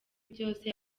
byose